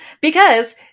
because-